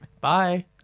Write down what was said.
Bye